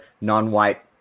non-white